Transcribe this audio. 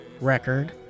record